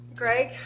Greg